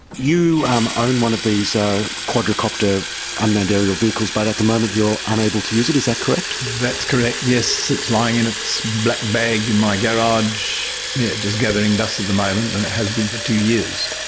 you um own one of these ah quadrocopter unmanned aerial vehicles but at the moment you're unable to use it, is that correct? that's correct, yes. it's lying in its black bag in my garage just gathering dust at the moment, and it has been for two years.